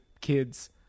kids